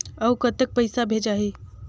अउ कतेक पइसा भेजाही?